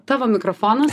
tavo mikrofonas